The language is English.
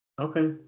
Okay